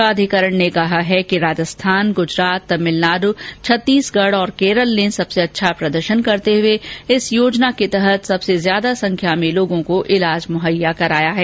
प्राधिकरण ने कहा कि राजस्थान गुजरात तभिलनाड़ छतीसगढ और केरल ने सबसे अच्छा प्रदर्शन करते हुए इस योजना के तहत सबसे अधिक संख्या में लोगों को इलाज मुहैया कराया है